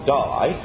die